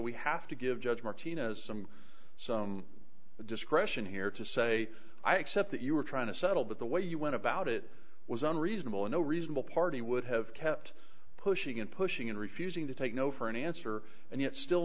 we have to give judge martinez some some discretion here to say i accept that you were trying to settle but the way you went about it was unreasonable and no reasonable party would have kept pushing and pushing and refusing to take no for an answer and yet still